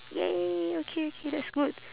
!yay! okay okay that's good